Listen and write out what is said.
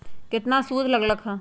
केतना सूद लग लक ह?